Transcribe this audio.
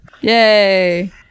Yay